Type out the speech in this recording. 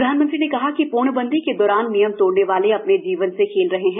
प्रधानमंत्री ने कहा कि पूर्णबंदी के दौरान नियम तोड़ने वाले अपने जीवन से खेल रहे हैं